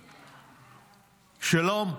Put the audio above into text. "'שלום,